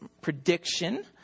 prediction